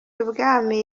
ibwami